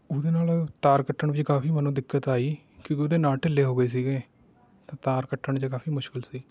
ਉਹਦੇ ਨਾਲ ਤਾਰ ਕੱਟਣ 'ਚ ਕਾਫੀ ਮੈਨੂੰ ਦਿੱਕਤ ਆਈ ਕਿਉਂਕਿ ਉਹਦੇ ਨਟ ਢਿੱਲੇ ਹੋ ਗਏ ਸੀਗੇ ਤਾਂ ਤਾਰ ਕੱਟਣ 'ਚ ਕਾਫੀ ਮੁਸ਼ਕਿਲ ਸੀ